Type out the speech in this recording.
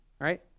right